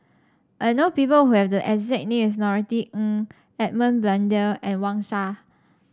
I know people who have the exact name as Norothy Ng Edmund Blundell and Wang Sha